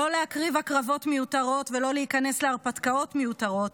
לא להקריב הקרבות מיותרות ולא להיכנס להרפתקאות מיותרות,